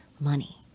money